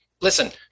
Listen